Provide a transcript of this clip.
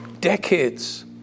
decades